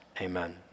Amen